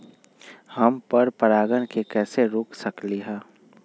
हम पर परागण के कैसे रोक सकली ह?